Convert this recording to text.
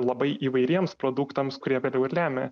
labai įvairiems produktams kurie vėliau ir lemia